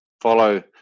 follow